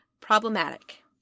problematic